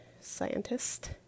Scientist